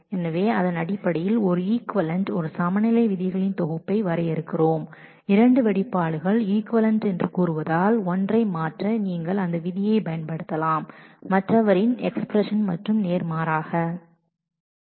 எனவே இதன் அடிப்படையில் ஒரு ஈக்விவலெண்ஸ் ஒரு ஈக்விவலெண்ட் விதிகளின் தொகுப்பை வரையறுக்கிறோம் இரண்டு எக்ஸ்பிரஷன் ஈக்விவலெண்ட் என்று கூறுவதால் ஒரு எக்ஸ்பிரஷனை மாற்ற நீங்கள் மற்றவரின் எக்ஸ்பிரஷனை பயன்படுத்தலாம் மற்றும் நேர்மாறாக vice versa